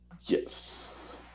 Yes